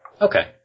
Okay